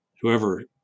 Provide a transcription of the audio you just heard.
whoever